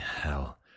hell